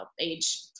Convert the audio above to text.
age